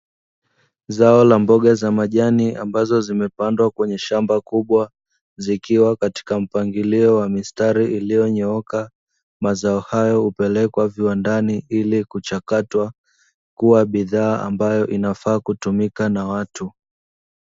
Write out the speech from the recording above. Zao la mboga za majani ambazo zimepandwa kwenye shamba kubwa, zikiwa katika mpangilio wa mistari iliyonyooka, mazao hayo hupelekwa viwandani ili kuchakatwa, kuwa bidhaa ambayo inafaa kutumika na watu.